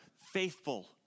faithful